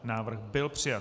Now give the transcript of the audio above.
Návrh byl přijat.